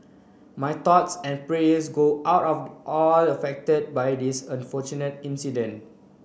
my thoughts and prayers go out of all affected by this unfortunate incident